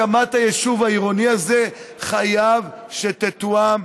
הקמת היישוב העירוני הזה חייבים שתתואם,